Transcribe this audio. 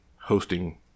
hosting